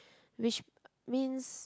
which means